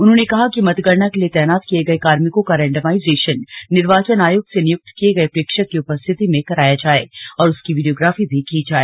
उन्होंने कहा कि मतगणना के लिए तैनात किये गये कार्मिकों का रैंडमाइजेशन निर्वाचन आयोग से नियुक्त किये गये प्रेक्षक की उपस्थित में करायी जाए और उसकी वीडियोग्राफी भी की जाए